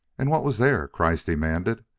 and what was there? kreiss demanded.